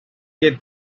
get